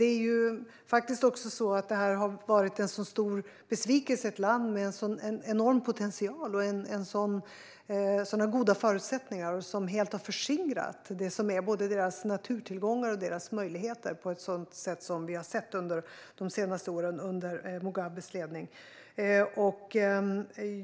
Zimbabwe har faktiskt varit en stor besvikelse. Det är ett land med enorm potential och goda förutsättningar som helt har förskingrat både sina naturtillgångar och sina möjligheter, som vi har sett de senaste åren under Mugabes ledning.